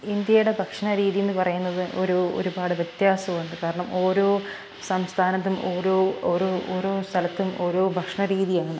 ഇന്ത്യയുടെ ഭക്ഷണ രീതി എന്ന് പറയുന്നത് ഒരു ഒരുപാട് വ്യത്യാസമുണ്ട് കാരണം ഓരോ സംസ്ഥാനത്തും ഓരോ ഓരോ ഓരോ സ്ഥലത്തും ഓരോ ഭക്ഷണ രീതിയാണ്